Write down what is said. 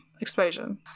explosion